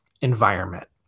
environment